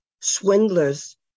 Swindlers